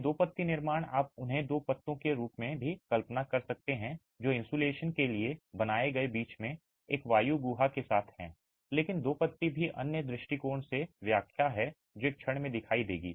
ये दो पत्ती निर्माण आप उन्हें दो पत्तों के रूप में भी कल्पना कर सकते हैं जो इन्सुलेशन के लिए बनाए गए बीच में एक वायु गुहा के साथ हैं लेकिन दो पत्ती भी एक अन्य दृष्टिकोण से व्याख्या है जो एक क्षण में दिखाई देगी